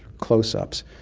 close-ups,